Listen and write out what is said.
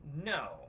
No